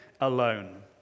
alone